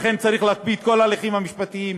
לכן צריך להקפיא את כל ההליכים המשפטיים,